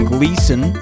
Gleason